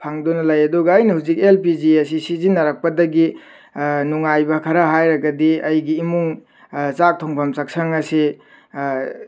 ꯐꯪꯗꯨꯅ ꯂꯩ ꯑꯗꯨꯒ ꯐꯩꯅ ꯍꯧꯖꯤꯛ ꯑꯦꯜ ꯄꯤ ꯖꯤ ꯑꯁꯤ ꯁꯤꯖꯤꯟꯅꯔꯛꯄꯗꯒꯤ ꯅꯨꯡꯉꯥꯏꯕ ꯈꯔ ꯍꯥꯏꯔꯒꯗꯤ ꯑꯩꯒꯤ ꯏꯃꯨꯡ ꯆꯥꯛ ꯊꯣꯡꯐꯝ ꯆꯥꯛꯁꯪ ꯑꯁꯤ